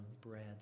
bread